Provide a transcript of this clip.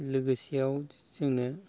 लोगोसेयाव जोंनो